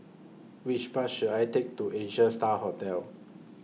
Which Bus should I Take to Asia STAR Hotel